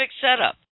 setup